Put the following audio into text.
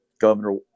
Governor